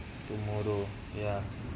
tomorrow ya